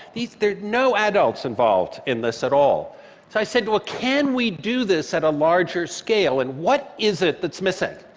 there are no adults involved in this at all. so i said, well can we do this at a larger scale? and what is it that's missing?